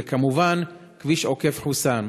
וכמובן כביש עוקף-חוסאן.